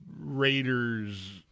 Raiders